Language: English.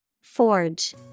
Forge